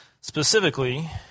specifically